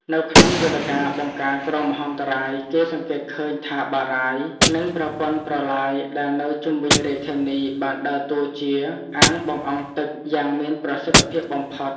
នៅក្នុងយន្តការបង្ការគ្រោះមហន្តរាយ គេសង្កេតឃើញថាបារាយណ៍ និងប្រព័ន្ធប្រឡាយដែលនៅជុំវិញរាជធានី បានដើរតួជា អាងបង្អង់ទឹក យ៉ាងមានប្រសិទ្ធភាពបំផុត។